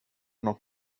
nåt